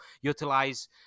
utilize